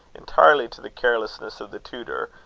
entirely to the carelessness of the tutor,